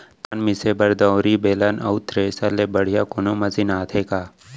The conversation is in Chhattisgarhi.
धान मिसे बर दंवरि, बेलन अऊ थ्रेसर ले बढ़िया कोनो मशीन आथे का?